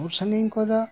ᱥᱭᱨ ᱥᱟᱹᱜᱤᱧ ᱠᱚᱫᱚ